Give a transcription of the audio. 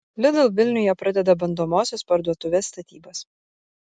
lidl vilniuje pradeda bandomosios parduotuvės statybas